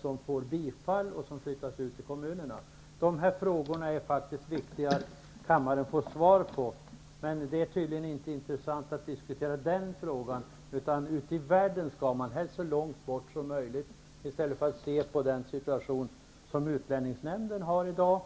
som får bifall och som flyttas ut i kommunerna? Det är viktigt att kammaren får svar på dessa frågor. Men det är tydligen inte intressant att diskutera dessa frågor. Man vill ut i världen, helst så långt bort som möjligt. I stället borde man se på den situation som utlänningsnämnden har i dag.